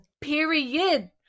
period